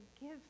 give